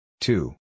Two